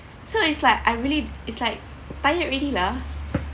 so it's like I really it's like tired already lah